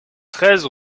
treize